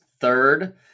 Third